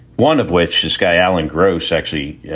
one of which is guy alan gross, actually, yeah